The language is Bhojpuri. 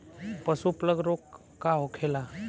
पशु प्लग रोग का होखेला?